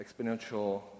exponential